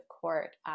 court